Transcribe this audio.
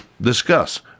discuss